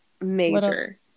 Major